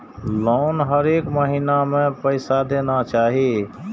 Loan हरेक महीना में पैसा देना चाहि?